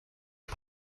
his